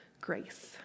grace